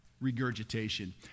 regurgitation